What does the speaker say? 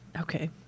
Okay